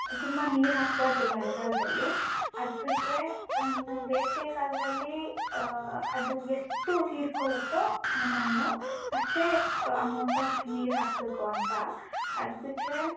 ತುಂಬಾ ನೀರು ಹಾಕ್ಬಾರದು ಮಳ್ಗಾಲದಲ್ಲಿ ಅದು ಬಿಟ್ಟರೇ ಇನ್ನು ಬೇಸಿಗೆ ಕಾಲದಲ್ಲಿ ಅದು ಎಷ್ಟು ಹೀರ್ಕೊಳ್ಳುತ್ತೊ ಆ ಮಣ್ಣು ಅಷ್ಟೇ ಅಮೌಂಟ್ ಆಫ್ ನೀರು ಹಾಕ್ಬೇಕು ಅಂತ ಅದು ಬಿಟ್ಟರೇ